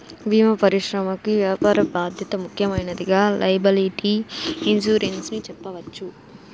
భీమా పరిశ్రమకి వ్యాపార బాధ్యత ముఖ్యమైనదిగా లైయబిలిటీ ఇన్సురెన్స్ ని చెప్పవచ్చు